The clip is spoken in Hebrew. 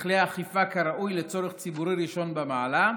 בכלי האכיפה כראוי לצורך ציבורי ראשון במעלה,